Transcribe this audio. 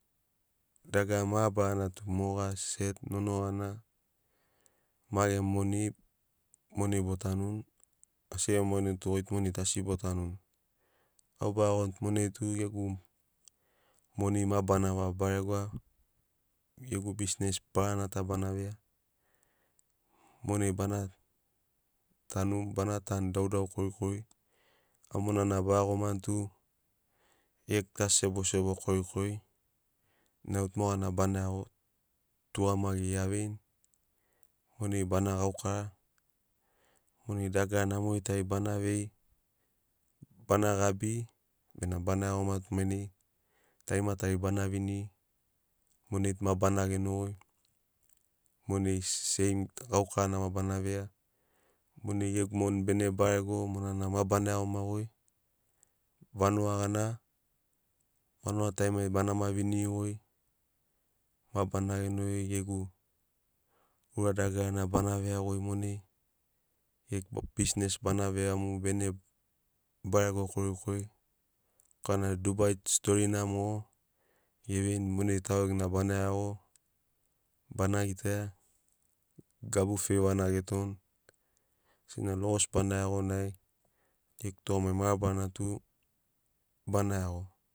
Dagara mabarana tu moḡa set nonoḡana maḡemu moni monai botanu, asi ḡemu moni tu ḡoi tu monai asi botanuni. Au baiaḡoni tu monai tu ḡegu moni ma bana vaḡa- baregoa. Ḡegu bisines baranata bana veia. Monai bana tanu bana tanu daudau korikori. Au monana baiaḡomani tu ḡegu tu asi- sebosebo korikori nai au tu moḡana bana iaḡo tuḡamaḡiri aveini. Monai bana ḡaukara, monai dagara namori tari bana vei, bana ḡabi bena bana iaḡoma tu mainai tarima tari bana viniri monai tu ma bana ḡenoḡoi monai seim ḡaukarana ma bana veia. Monai ḡegu moni bene barego monana ma bana iaḡomaḡoi vanuḡa ḡana. Vanuḡa tarimari banama viniriḡoi ma bana ḡenoḡoi ḡegu ura dagarana bana veiaḡoi monai ḡegu bisines bana veia mu bene barego korikori korana dubai tu storina moḡo ḡeveini monai tauḡeguna bana iaḡo bana ḡitaia gabu feivana ḡetoni, sena logosi bana iaḡo nai ḡegu tuḡamaḡi mabarana tu bana iaḡo